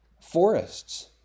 forests